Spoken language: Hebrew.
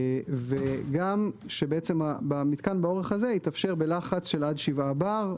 וגם שבעצם במתקן באורך הזה יתאפשר בלחץ של עד 7 בר.